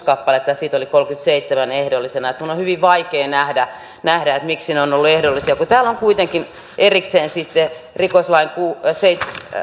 kappaletta ja niistä oli kolmenakymmenenäseitsemänä ehdollisena minun on hyvin vaikea nähdä nähdä miksi ne ovat olleet ehdollisia kun täällä on kuitenkin erikseen sitten rikoslain